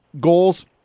goals